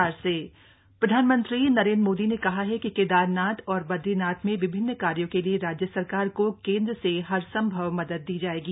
PM Kedarnath समीक्षा प्रधानमंत्री नरेंद्र मोदी ने कहा है कि केदारनाथ और बदरीनाथ में विभिन्न कार्यों के लिए राज्य सरकार को केन्द्र से हर सम्भव मदद दी जायेगी